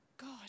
God